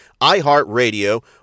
iHeartRadio